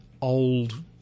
old